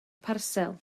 parsel